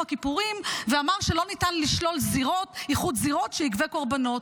הכיפורים ואמר שלא ניתן לשלול איחוד זירות שיגבה קורבנות.